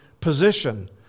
position